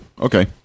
Okay